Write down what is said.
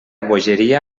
bogeria